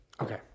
Okay